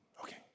Okay